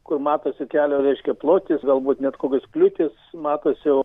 kur matosi kelio reiškia plotis galbūt net kokios kliūtys matosi o